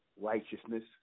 righteousness